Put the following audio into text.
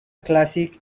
classic